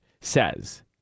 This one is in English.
says